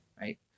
right